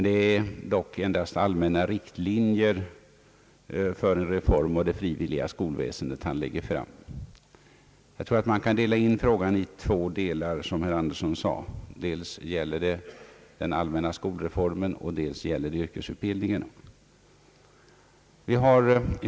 Det är dock endast allmänna riktlinjer för en reform av det frivilliga skolväsendet han lägger fram. Jag tror att man, som herr Andersson sade, kan dela in frågan i två delar, nämligen dels vad som gäller den allmänna skolreformen, dels det som gäller yrkesutbildningen.